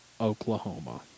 Oklahoma